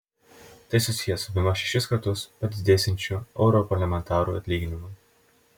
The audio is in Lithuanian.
tai susiję su bemaž šešis kartus padidėsiančiu europarlamentarų atlyginimu